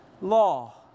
Law